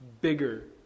bigger